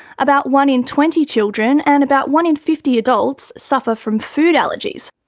about one in twenty children and about one in fifty adults suffer from food allergies.